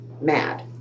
mad